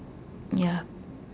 yep